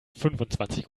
fünfundzwanzig